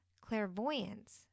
clairvoyance